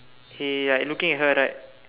he like looking at her right